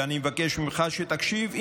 ואני מבקש ממך שתקשיב,